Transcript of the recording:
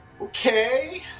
Okay